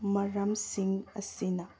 ꯃꯔꯝꯁꯤꯡ ꯑꯁꯤꯅ